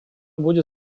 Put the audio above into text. будет